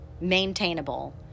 maintainable